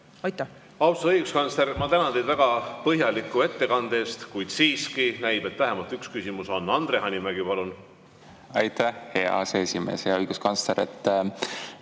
Aitäh!